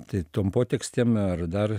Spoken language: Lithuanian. tai tom potekstėm ar dar